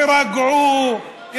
תירגעו,